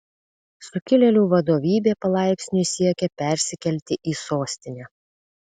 sukilėlių vadovybė palaipsniui siekia persikelti į sostinę